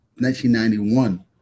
1991